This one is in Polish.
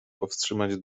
powstrzymać